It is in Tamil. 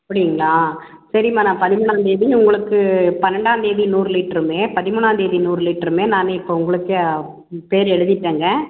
அப்படிங்களா சரிம்மா நான் பதிமூணாந்தேதி உங்களுக்கு பன்னெரெண்டாந்தேதி நூறு லிட்டருமே பதிமூணாந்தேதி நூறு லிட்டருமே நான் இப்போது உங்களுக்கு பேர் எழுதிட்டேங்க